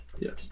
Yes